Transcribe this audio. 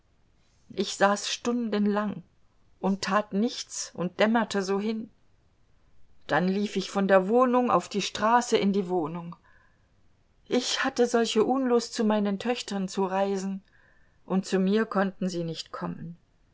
ich saß stundenlang und tat nichts und dämmerte so hin dann lief ich von der wohnung auf die straße in die wohnung ich hatte solche unlust zu meinen töchtern zu reisen und zu mir konnten sie nicht kommen